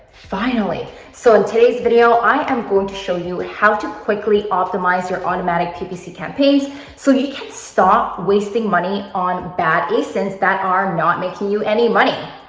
finally. so and today's video, i am going to show you and how to quickly optimize your automatic ppc campaigns so you can stop wasting money on bad asins that are not making you any money.